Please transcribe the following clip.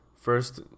first